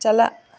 ᱪᱟᱞᱟᱜ